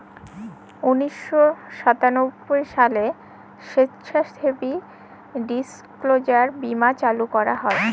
উনিশশো সাতানব্বই সালে স্বেচ্ছাসেবী ডিসক্লোজার বীমা চালু করা হয়